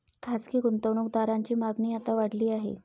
खासगी गुंतवणूक दारांची मागणी आता वाढली आहे